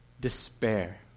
despair